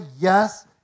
yes